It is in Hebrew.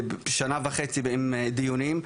ושנה וחצי ועם דיונים,